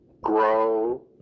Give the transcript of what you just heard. Grow